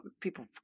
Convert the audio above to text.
people